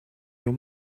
your